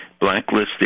blacklisted